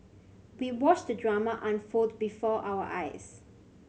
we watched the drama unfold before our eyes